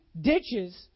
ditches